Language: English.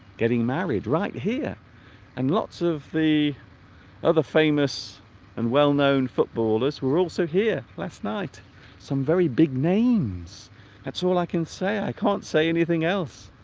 getting married right here and lots of the other famous and well-known footballers were also here last night some very big names that's all i can say i can't say anything else